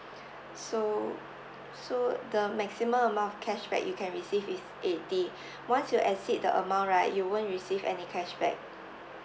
so so the maximum amount of cashback you can receive is eighty once you exceed the amount right you won't receive any cashback